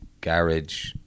garage